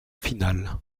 finale